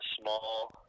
small